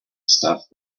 stuff